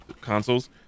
consoles